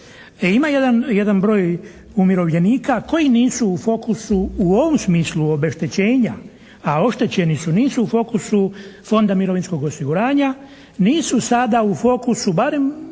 ima jedan broj umirovljenika koji nisu u fokusu u ovom smislu obeštećenja, a oštećeni su. Nisu u fokusu Fonda mirovinskog osiguranja, nisu sada u fokusu barem,